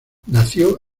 nació